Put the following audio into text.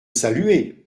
saluer